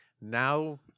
now